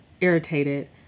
irritated